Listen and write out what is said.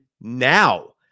now